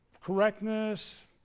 correctness